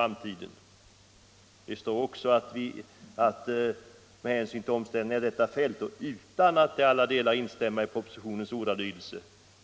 Vidare står det i betänkandet: ”Med hänsyn till omständigheterna i detta fall och utan att till alla delar instämma i propositionens ordalydelse —=-=-.”